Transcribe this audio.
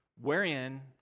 wherein